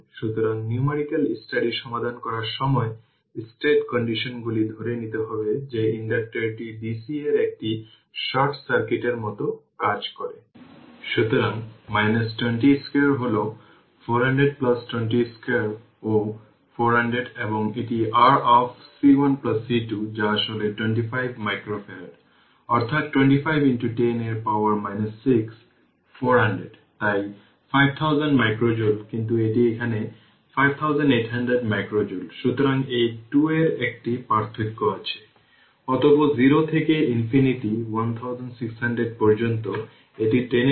সুতরাং এখন প্রশ্ন হল একটি ইনিশিয়াল ভোল্টেজ যা 4 ভোল্ট দেওয়া হয়েছে এবং এখানে এটি 24 ভোল্ট কিন্তু পোলারিটি দেখুন এবং সেই অনুযায়ী সেই ইনিশিয়াল ভোল্টেজকে কী বলবেন তার চিহ্ন বেছে নিতে হবে এবং তাই এই পোলারিটি চিহ্নিত করা হয় সুতরাং এই চিত্রটি আসলে এই 2টি ক্যাপাসিটর 5 মাইক্রোফ্যারাড এবং 20 মাইক্রো C1 এবং C2 সিরিজে রয়েছে তাই এটি প্যারালাল রেজিস্টর এর ইকুইভ্যালেন্ট